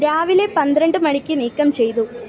രാവിലെ പന്ത്രണ്ട് മണിക്ക് നീക്കം ചെയ്തു